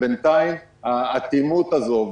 בינתיים האטימות הזו,